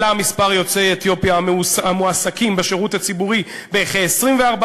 עלה מספר עולי אתיופיה המועסקים בשירות הציבורי בכ-24%,